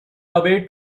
away